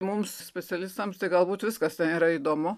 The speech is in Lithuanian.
mums specialistams tai galbūt viskas ten yra įdomu